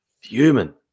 Human